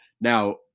Now